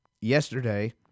yesterday